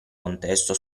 contesto